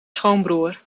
schoonbroer